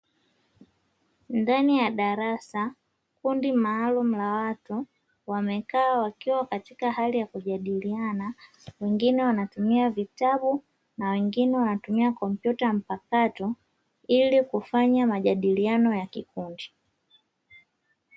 Ndani ya darasa kundi maalumu la watu wamekaa katika hali ya kujadiliana, wengine wanatumia vitabu na wengine wanatumia kompyuta mpakato, ili kufanya majadiliano ya kikundi.